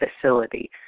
facility